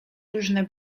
różne